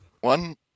One